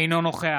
אינו נוכח